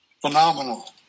Phenomenal